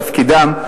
זה תפקידם.